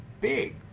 big